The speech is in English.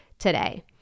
today